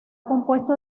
compuesto